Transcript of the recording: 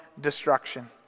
destruction